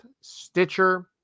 Stitcher